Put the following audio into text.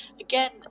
again